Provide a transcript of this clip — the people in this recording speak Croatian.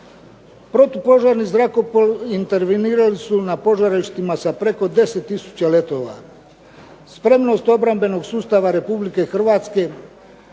Protupožarni zrakoplovi intervenirali su na požarištima sa preko 10000 letova. Spremnost obrambenog sustava Republike Hrvatske,